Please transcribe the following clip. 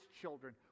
children